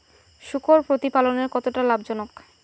শূকর প্রতিপালনের কতটা লাভজনক?